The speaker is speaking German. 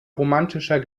romantischer